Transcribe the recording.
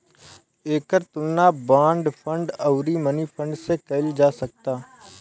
एकर तुलना bond fund अउरी money fund से कईल जा सकता